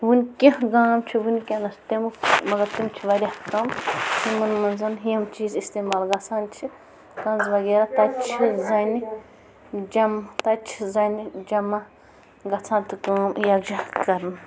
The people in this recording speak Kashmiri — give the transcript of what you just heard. وُنہِ کیٚنٛہہ گام چھِ وُنکٮ۪نس تِمہٕ مگر تِم چھِ وارِیاہ کَم یِمن منٛز یم چیٖز اِستعمال گَژھان چھِ کنٛز وغیرہ تَتہِ چھِ زَنہِ جم تَتہِ چھِ زَنہِ جمح گَژھان تہٕ کٲم یکجاہ کَران